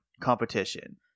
competition